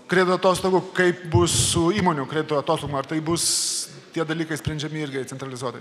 kredito atostogų kaip bus su įmonių kredito atostogom ar tai bus tie dalykai sprendžiami irgi centralizuotai